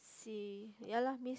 she ya lah miss